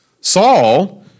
Saul